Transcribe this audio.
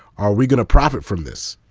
are we gonna profit from this?